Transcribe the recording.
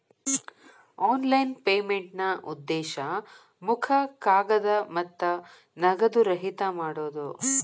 online ಪೇಮೆಂಟ್ನಾ ಉದ್ದೇಶ ಮುಖ ಕಾಗದ ಮತ್ತ ನಗದು ರಹಿತ ಮಾಡೋದ್